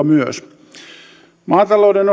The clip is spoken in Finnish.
myös aluepolitiikka maatalouden